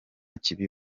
kibi